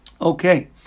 Okay